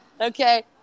Okay